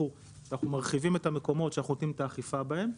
אנחנו מרחיבים את המקומות שאנחנו נותנים את האכיפה בהם,